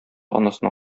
анасына